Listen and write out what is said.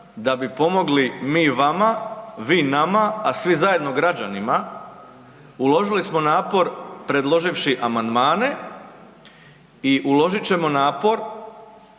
da bi pomogli mi vama, vi nama, a svi zajedno građanima uložili smo napor predloživši amandmane i uložit ćemo napor